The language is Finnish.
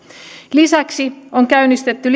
lisäksi on käynnistetty